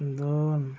दोन